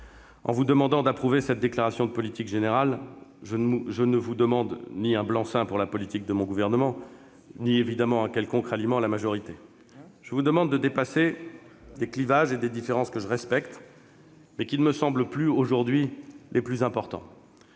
En vous demandant d'approuver cette déclaration de politique générale, je ne vous demande ni un blanc-seing pour la politique de mon gouvernement ni évidemment un quelconque ralliement à la majorité. Je vous demande de dépasser des clivages et des différences que je respecte, mais qui ne me semblent plus aujourd'hui les plus importants.